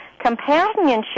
companionship